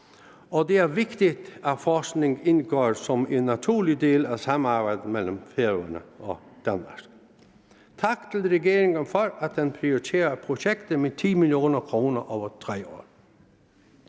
det er vigtigt, at forskning indgår som en naturlig del af samarbejdet mellem Færøerne og Danmark. Tak til regeringen for, at den prioriterer projektet med 10 mio. kr. over 3 år.